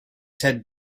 ted